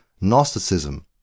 Gnosticism